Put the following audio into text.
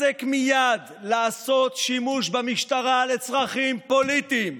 הפסק מייד לעשות שימוש במשטרה לצרכים פוליטיים.